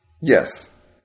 Yes